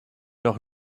doch